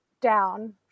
down